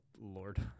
Lord